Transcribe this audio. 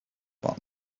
but